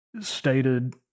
stated